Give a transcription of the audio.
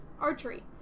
Archery